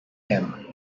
him